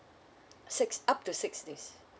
six up to six yes